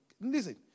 Listen